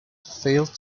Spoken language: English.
failed